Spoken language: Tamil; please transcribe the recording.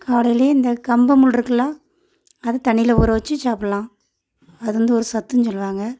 காலையில் இந்த கம்பம்முல் இருக்கில்ல அது தண்ணியில் ஊற வச்சு சாப்பிட்லாம் அது வந்து ஒரு சத்துன்னு சொல்லுவாங்க